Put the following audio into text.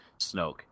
Snoke